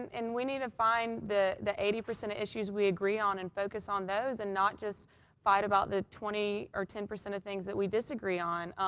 and and we need to find the the eighty percent of issues we agree on and focus on those and not just fight about the twenty or ten percent of things that we disagree on.